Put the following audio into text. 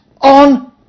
on